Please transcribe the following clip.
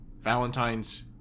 Valentine's